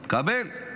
מקבל.